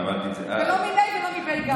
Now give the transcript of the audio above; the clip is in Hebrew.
אמרתי, אמרתי את זה, וגם לא מניה ולא מביה.